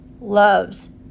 loves